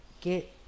get